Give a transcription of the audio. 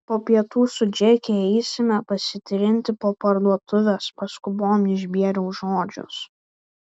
po pietų su džeke eisime pasitrinti po parduotuves paskubom išbėriau žodžius